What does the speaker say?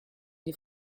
die